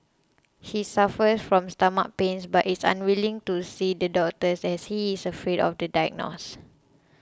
he suffers from stomach pains but is unwilling to see the doctors as he is afraid of the diagnose